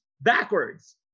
backwards